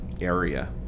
area